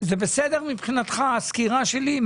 זה בסדר מבחינתך הסקירה שלי?